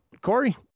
Corey